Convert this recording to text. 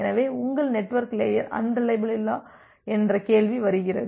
எனவே உங்கள் network layer அன்ரிலையபில்லா என்ற கேள்வி வருகிறது